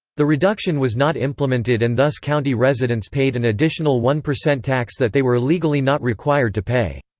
the reduction was not implemented and thus county residents paid an additional one percent tax that they were legally not required to pay.